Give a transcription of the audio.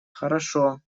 хорошо